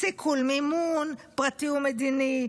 סיכול מימון (פרטי ומדיני),